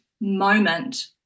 moment